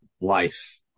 life